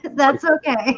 that's okay